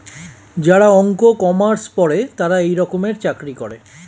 যারা অঙ্ক, কমার্স পরে তারা এই রকমের চাকরি করে